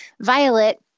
violet